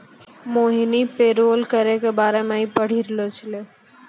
मोहिनी payroll करो के बारे मे पढ़ि रहलो छलै